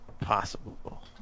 possible